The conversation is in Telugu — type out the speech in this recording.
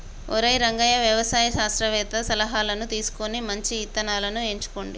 ఒరై రంగయ్య వ్యవసాయ శాస్త్రవేతల సలహాను తీసుకొని మంచి ఇత్తనాలను ఎంచుకోండి